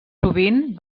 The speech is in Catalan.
sovint